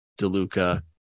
DeLuca